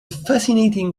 fascinating